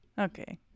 okay